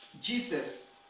Jesus